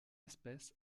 espèce